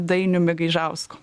dainiumi gaižausku